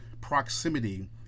proximity